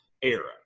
era